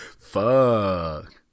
Fuck